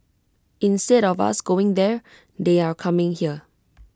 instead of us going there they are coming here